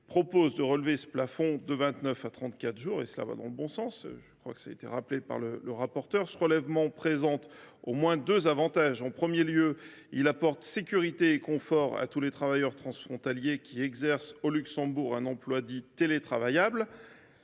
propose de relever ce plafond de 29 à 34 jours, ce qui va dans le bon sens, ainsi que le rapporteur l’a fait remarquer. Ce relèvement présente au moins deux avantages. En premier lieu, il apporte sécurité et confort à tous les travailleurs transfrontaliers qui exercent au Luxembourg un emploi pour lequel le